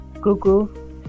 Google